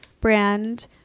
brand